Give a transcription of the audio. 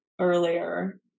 earlier